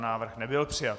Návrh nebyl přijat.